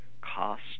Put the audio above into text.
cost